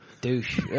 Douche